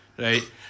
Right